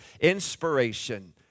inspiration